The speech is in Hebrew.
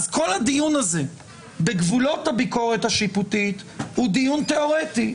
אז כל הדיון הזה בגבולות הביקורת השיפוטית הוא דיון תיאורטי.